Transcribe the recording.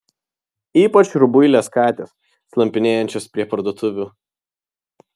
ypač rubuilės katės slampinėjančios prie parduotuvių